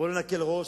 בואו לא נקל ראש,